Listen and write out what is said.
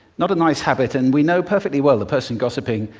not a nice habit, and we know perfectly well the person gossiping,